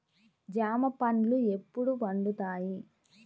జామ పండ్లు ఎప్పుడు పండుతాయి?